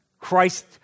Christ